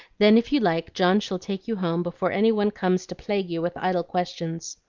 then, if you like, john shall take you home before any one comes to plague you with idle questions.